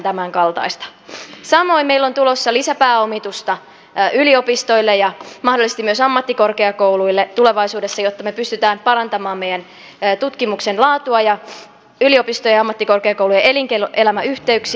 samoin meillä on tulossa lisäpääomitusta yliopistoille ja mahdollisesti myös ammattikorkeakouluille tulevaisuudessa jotta me pystymme parantamaan meidän tutkimuksen laatua ja yliopistojen ja ammattikorkeakoulujen ja elinkeinoelämän yhteyksiä